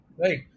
right